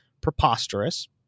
preposterous